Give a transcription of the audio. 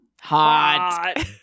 hot